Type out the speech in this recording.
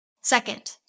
Second